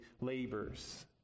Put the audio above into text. labors